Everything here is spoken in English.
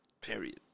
Period